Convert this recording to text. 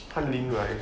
翰林 right